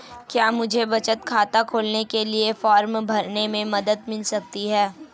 क्या मुझे बचत खाता खोलने के लिए फॉर्म भरने में मदद मिल सकती है?